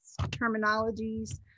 terminologies